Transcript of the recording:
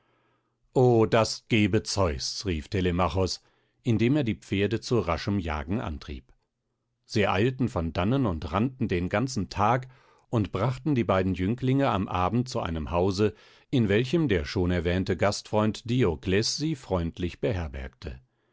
o das gebe zeus rief telemachos indem er die pferde zu raschem jagen antrieb sie eilten von dannen und rannten den ganzen tag und brachten die beiden jünglinge am abend zu einem hause in welchem der schon erwähnte gastfreund diokles sie freundlich beherbergte